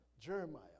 Jeremiah